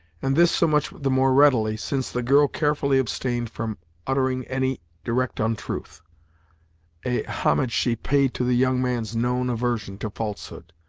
and this so much the more readily, since the girl carefully abstained from uttering any direct untruth a homage she paid to the young man's known aversion to falsehood,